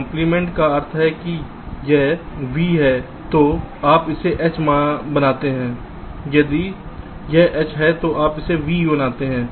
complement का अर्थ है यदि यह V है तो आप इसे H बनाते हैं यदि यह H है तो आप इसे V बनाते हैं